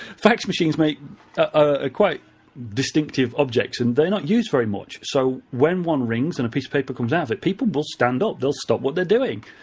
fax machines make ah quite distinctive objects, and they're not used very much. so when one rings and a piece of paper comes out of it, people will stand up. they'll stop what they're doing.